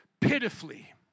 pitifully